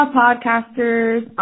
podcasters